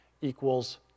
equals